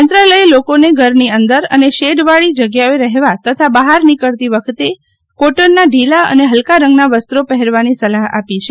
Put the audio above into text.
મંત્રાલયે લોકોને ઘરની અંદર અને શેડ વાળી જગ્યાઓએ રહેવા તથા બહાર નીકળતી વખતે કોટનના ઢીલા અને હલ્કા રંગના વસ્ત્રો પહેરવાની સલાહ આપી છે